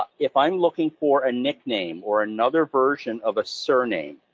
if i'm looking for a nickname, or another version of a surname,